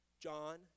John